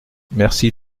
merci